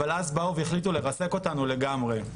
אבל אז באו והחליטו לרסק אותנו לגמרי.